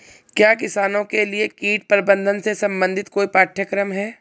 क्या किसानों के लिए कीट प्रबंधन से संबंधित कोई पाठ्यक्रम है?